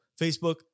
Facebook